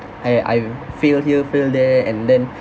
!hey! I failed here failed there and then